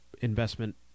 investment